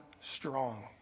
strong